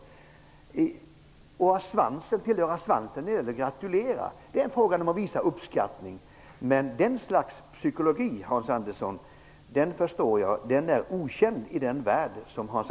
Att tillhöra ''svansen'' när det gäller att gratulera är en fråga om att visa uppskattning. Jag förstår att detta slags psykologi är okänd i den värld som Hans